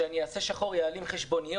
שאני אעבוד בשחור ואעלים חשבוניות?